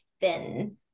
thin